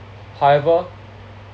however